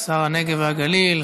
שר הנגב והגליל,